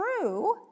true